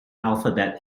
alphabet